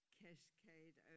cascade